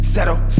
Settle